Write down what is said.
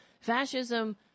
Fascism